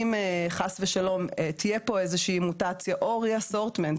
אם חס ושלום תהיה פה איזושהי מוטציה או re-assortment,